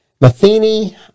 Matheny